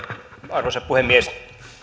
arvoisa puhemies